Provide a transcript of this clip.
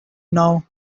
now